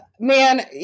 Man